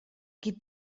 qui